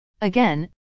Again